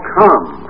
come